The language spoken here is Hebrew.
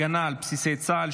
הגנה על בסיסי צה"ל,